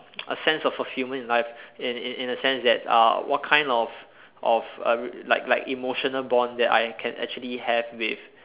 a sense of fulfilment in life in in in a sense that uh what kind of of uh like like emotional bond that I can actually have with